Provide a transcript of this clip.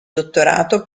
dottorato